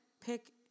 pick